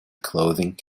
clothing